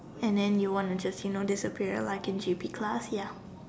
and then you want just you know disappear like in G_P class ya